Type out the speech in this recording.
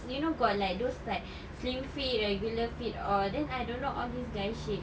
you know got like those like slim fit regular fit all then I don't know all this guy shit